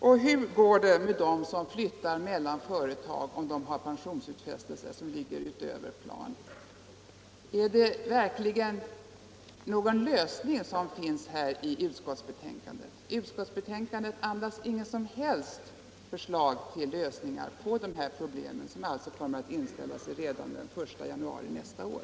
Och hur går det med dem som flyttar mellan företag, om företagen har pensionsutfästelser utöver planen? Utskottsbetänkandet andas inga som helst förslag till lösningar på dessa problem som kommer att inställa sig redan den 1 januari nästa år.